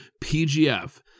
PGF